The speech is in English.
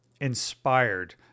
inspired